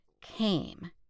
came